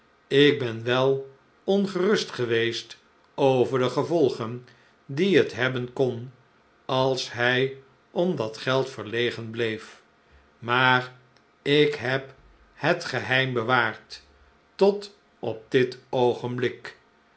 ik ben wel ongerust geweest over de gevolgen die het hebben kon als hij om dat geld verlegen bleef maar ik heb het geheim bewaard tot op dit oogenblik